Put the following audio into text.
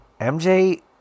MJ